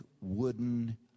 wooden